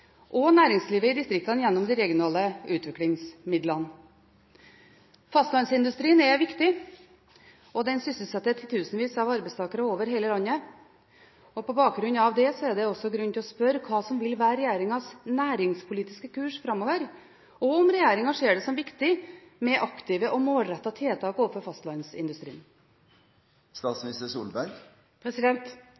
og næringslivet i distriktene, gjennom de regionale utviklingsmidlene. Fastlandsindustrien er viktig. Den sysselsetter titusenvis av arbeidstakere over hele landet. På bakgrunn av det er det også grunn til å spørre om hva som vil være regjeringens næringspolitiske kurs framover, og om regjeringen ser det som viktig med aktive og målrettede tiltak overfor fastlandsindustrien.